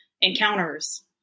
encounters